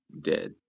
dead